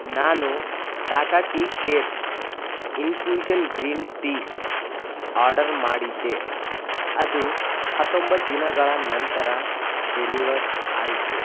ನಾನು Tata tea care infusion green tea order ಮಾಡಿದ್ದೆ ಅದು ಹತ್ತೊಂಬತ್ತು ದಿನಗಳ ನಂತರ ಡೆಲಿವರ್ ಆಯಿತು